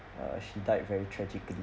err she died very tragically